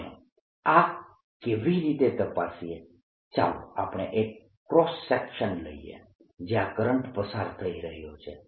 આપણે આ કેવી રીતે તપાસીએ ચાલો આપણે એક ક્રોસ સેક્શન લઈએ જયાં કરંટ પસાર થઇ રહ્યો છે